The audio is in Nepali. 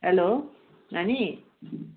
हेलो नानी